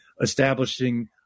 establishing